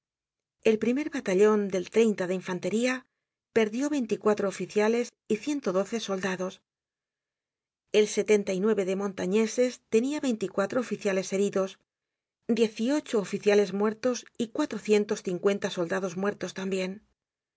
el primer batallon del de infantería perdió veinticuatro oficiales y ciento doce soldados el de montañeses tenia veinticuatro oficiales heridos diez y ocho oficiales muertos y cuatrocientos cincuenta soldados muertos tambien